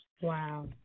Wow